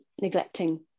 neglecting